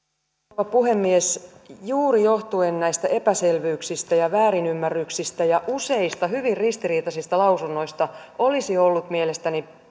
rouva puhemies juuri johtuen näistä epäselvyyksistä ja väärinymmärryksistä ja useista hyvin ristiriitaisista lausunnoista olisi ollut mielestäni